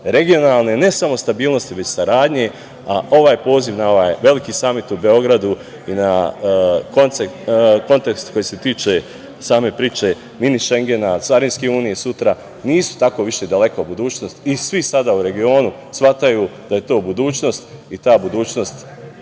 regionalne ne samo stabilnosti, već saradnje. Ovaj poziv na veliki samit u Beograd i na kontekst koji se tiče same priče „Mini Šengena“, Carinske unije sutra, nisu tako više daleka budućnosti i svi sada u regionu shvataju da je to budućnost i ta budućnost